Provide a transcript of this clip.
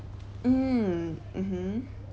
mm mmhmm